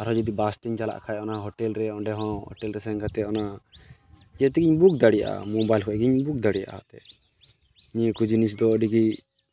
ᱟᱨᱦᱚᱸ ᱡᱩᱫᱤ ᱵᱟᱥ ᱛᱤᱧ ᱪᱟᱞᱟᱜ ᱠᱷᱟᱡ ᱚᱱᱟ ᱦᱳᱴᱮᱞ ᱨᱮ ᱚᱸᱰᱮ ᱦᱚᱸ ᱦᱳᱴᱮᱞ ᱨᱮ ᱥᱮᱱ ᱠᱟᱛᱮ ᱚᱱᱟ ᱱᱤᱭᱟᱹ ᱛᱮᱜᱤᱧ ᱵᱩᱠ ᱫᱟᱲᱮᱭᱟᱜᱼᱟ ᱢᱳᱵᱟᱭᱤᱞ ᱠᱷᱚᱡ ᱜᱤᱧ ᱵᱩᱠ ᱫᱟᱲᱮᱭᱟᱜᱼᱟ ᱦᱚᱛᱮᱜ ᱱᱤᱭᱟᱹ ᱠᱚ ᱡᱤᱱᱤᱥ ᱫᱚ ᱟᱹᱰᱤᱜᱮ